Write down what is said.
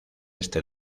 este